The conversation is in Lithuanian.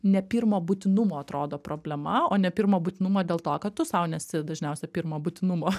nepirmo būtinumo atrodo problema o ne pirmo būtinumo dėl to kad tu sau nesu dažniausiai pirmo būtinumo